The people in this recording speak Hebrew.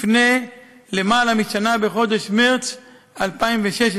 לפני למעלה משנה, בחודש מרס 2016,